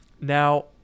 Now